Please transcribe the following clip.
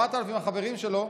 4,000 החברים שלו,